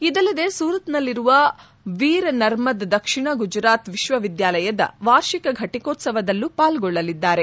ಇದಲ್ಲದೆ ಸುರತ್ ನಲ್ಲಿರುವ ವೀರ್ ನರ್ಮದ್ ದಕ್ಷಿಣ ಗುಜರಾತ್ ವಿಶ್ವವಿದ್ದಾಲಯದ ವಾರ್ಷಿಕ ಫಟಿಕೋತ್ಸವದಲ್ಲೂ ಪಾಲ್ಗೊಳ್ಳಲಿದ್ದಾರೆ